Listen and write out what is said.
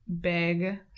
big